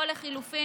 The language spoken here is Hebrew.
או לחלופין,